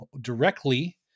directly